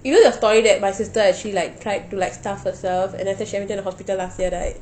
you know the story that my sister actually like tried to like starve herself and then after that she admitted to the hospital last year right